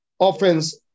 offense